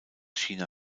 china